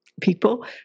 people